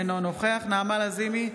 אינו נוכח נעמה לזימי,